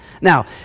Now